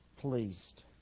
pleased